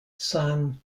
san